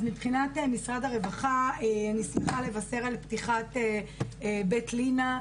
אז מבחינת משרד הרווחה אני שמחה לבשר על פתיחת בית לינה,